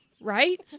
Right